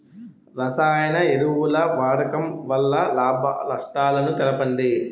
రసాయన ఎరువుల వాడకం వల్ల లాభ నష్టాలను తెలపండి?